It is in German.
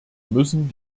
müssen